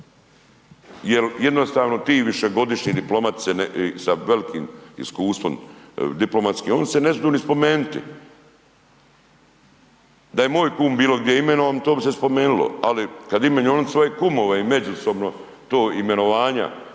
jer jednostavno ti višegodišnji diplomati se ne, sa velikim iskustvom diplomatskim oni se nesmidu ni spomenuti. Da je moj kum bilo gdje imenovan to bi se spomenulo, ali kad imenuju oni svoje kumove i međusobno to imenovanja,